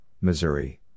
Missouri